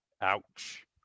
ouch